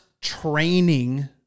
training